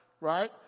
Right